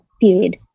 period